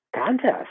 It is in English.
contest